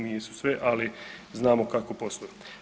Nisu sve, ali znamo kako posluju.